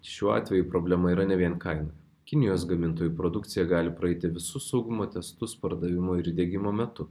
šiuo atveju problema yra ne vien kaina kinijos gamintojų produkcija gali praeiti visus saugumo testus pardavimo ir diegimo metu